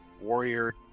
Warrior